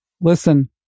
Listen